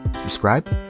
subscribe